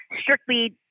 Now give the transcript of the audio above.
strictly